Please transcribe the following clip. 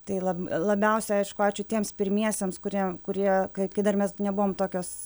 tai lab labiausiai aišku ačiū tiems pirmiesiems kurie kurie kai dar mes nebuvom tokios